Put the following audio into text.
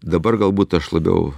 dabar galbūt aš labiau